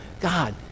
God